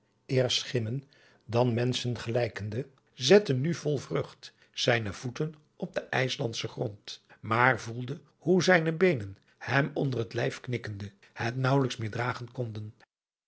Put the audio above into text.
eer schimmen dan menschen gelijkende zette nu vol vreugd zijne voeten op den ijslandschen grond maar voelde hoe zijne beenen hem onder het lijf knikkende het naauwelijks meer dragen konden